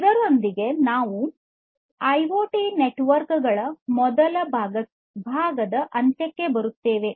ಇದರೊಂದಿಗೆ ನಾವು IoT network ಗಳ ಮೊದಲ ಭಾಗದ ಅಂತ್ಯಕ್ಕೆ ಬರುತ್ತೇವೆ